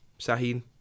Sahin